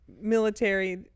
military